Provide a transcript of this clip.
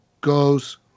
goes